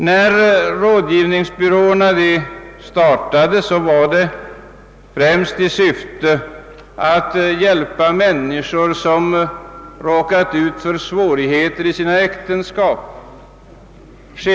När rådgivningsbyråerna startade skedde detta främst i syfte att hjälpa människor som råkat ut för svårigheter i sina äktenskap.